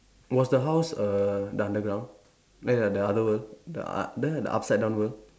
was the house err the underground like the the other world the uh there the upside down world